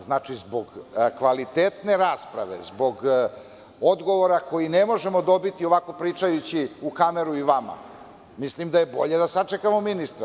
Znači, zbog kvalitetne rasprave, zbog odgovora koji ne možemo dobiti ovako pričajući u kameru i vama, mislim da je bolje da sačekamo ministra.